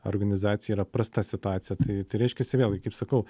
organizacijoj yra prasta situacija tai tai reiškiasi vėlgi kaip sakau